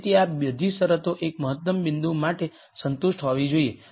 તેથી આ બધી શરતો એક મહત્તમ બિંદુ માટે સંતુષ્ટ હોવી જોઈએ